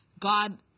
God